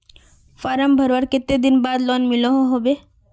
Form भरवार कते दिन बाद लोन मिलोहो होबे?